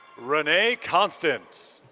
rene constant.